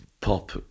pop